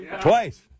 Twice